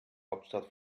hauptstadt